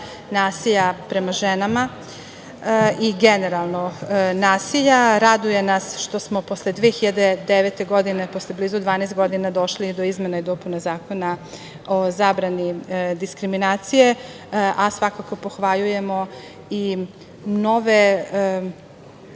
nasilja prema ženama i generalno nasilja. Raduje nas što smo posle 2009. godine, posle blizu 12 godina, došli do izmena i dopuna Zakona o zabrani diskriminacije, a svakako pohvaljujemo i novi